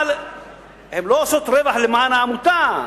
הן לא עושות רווח למען העמותה,